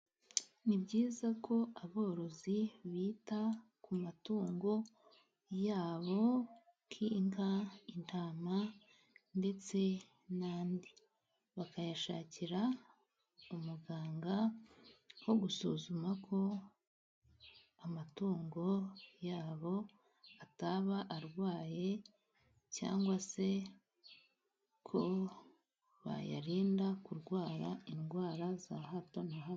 Ni byiza ko aborozi bita ku matungo yabo. Nk'inka ,intama ndetse n'andi .Bakayashakira umuganga, wo gusuzuma ko amatungo yabo ataba arwaye .Cyangwa se ko bayarinda kurwara indwara za hato na hato.